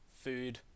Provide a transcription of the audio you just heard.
food